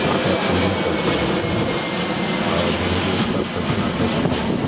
उसका पूजन करते हैं और जो है कि उसका प्रतिमा बैठाते हैं